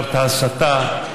הזכרת הסתה,